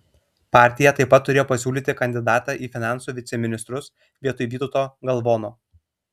partija taip pat turėjo pasiūlyti kandidatą į finansų viceministrus vietoj vytauto galvono